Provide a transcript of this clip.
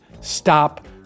stop